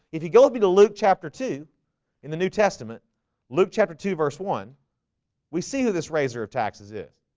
if you go with me to luke chapter two in the new testament luke chapter two verse one we see who this razor of taxes is